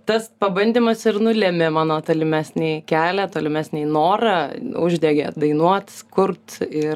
tas pabandymas ir nulėmė mano tolimesnį kelią tolimesnį norą uždegė dainuot kurt ir